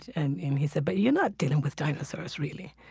and um he said, but you're not dealing with dinosaurs, really.